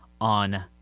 on